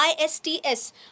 ISTS